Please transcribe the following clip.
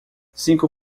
cinco